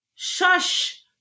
shush